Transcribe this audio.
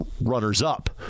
runners-up